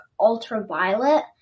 ultraviolet